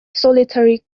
solitary